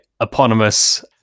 eponymous